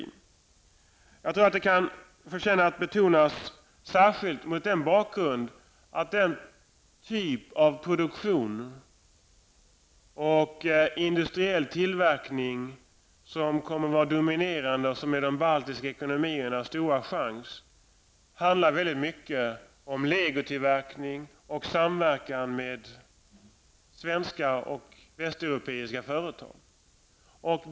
Jag tror att detta kan förtjäna att betonas särskilt mot den bakgrunden att den typ av produktion och industriell tillverkning som kommer att vara dominerande och som är de baltiska ekonomiernas stora chans väldigt mycket handlar om legotillverkning och samverkan med svenska och västerländska företag.